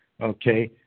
okay